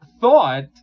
thought